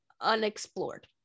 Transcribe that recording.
unexplored